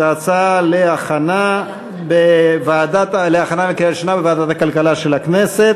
התשע"ג 2013, לדיון מוקדם בוועדת הכלכלה נתקבלה.